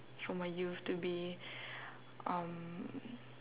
for my youth to be um